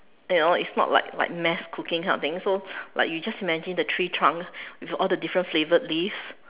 you know it's not like like mass cooking kind of thing so like you just imagine the tree trunk with all the different flavored leaf